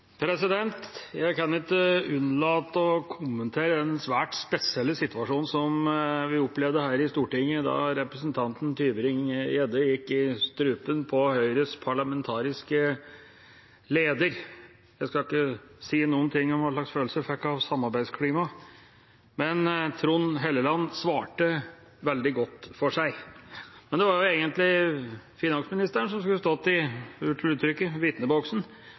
Jeg kan ikke unnlate å kommentere den svært spesielle situasjonen som vi opplevde her i Stortinget da representanten Tybring-Gjedde gikk i strupen på Høyres parlamentariske leder. Jeg skal ikke si noe om hva slags følelse jeg fikk av samarbeidsklimaet, men Trond Helleland svarte veldig godt for seg. Men det var jo egentlig finansministeren som skulle stått i «vitneboksen» – unnskyld uttrykket